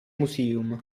museum